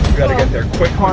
gotta get there quick.